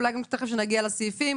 אולי כשנגיע לסעיפים,